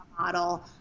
model